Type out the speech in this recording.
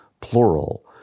plural